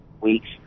weeks